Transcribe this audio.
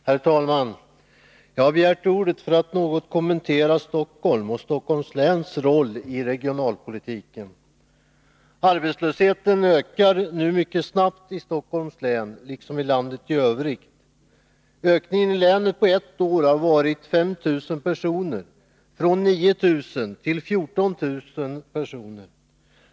Herr talman! Jag har begärt ordet för att något kommentera Stockholms och Stockholms läns roll i regionalpolitiken. Arbetslösheten ökar nu mycket snabbt i Stockholms län liksom i landet i övrigt. Ökningen i länet på ett år har varit 5 000 personer, från 9 000 till 14 000 personer.